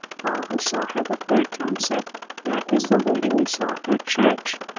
all who saw her the third time said that is the lady we saw at church.